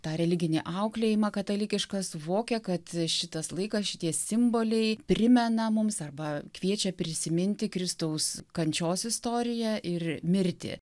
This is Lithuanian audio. tą religinį auklėjimą katalikišką suvokia kad šitas laikas šitie simboliai primena mums arba kviečia prisiminti kristaus kančios istoriją ir mirtį